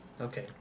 Okay